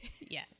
Yes